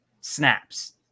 snaps